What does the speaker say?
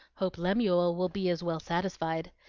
hope lemuel will be as well satisfied.